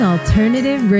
Alternative